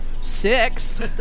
Six